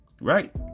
right